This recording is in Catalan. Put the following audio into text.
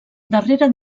darrere